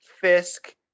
Fisk